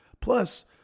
Plus